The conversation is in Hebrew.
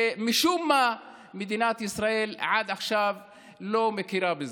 שמשום מה מדינת ישראל עד עכשיו לא מכירה בו.